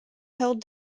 held